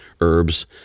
herbs